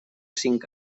cinc